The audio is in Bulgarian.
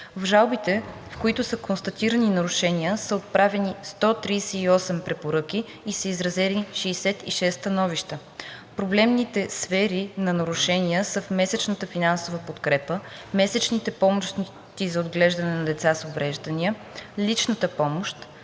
В жалбите, в които са констатирани нарушения, са отправени 138 препоръки и са изразени 66 становища. Проблемните сфери на нарушения са в месечната финансова подкрепа, месечните помощи за отглеждане на деца с увреждания, личната помощ,